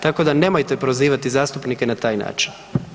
Tako da nemojte prozivati zastupnike na taj način.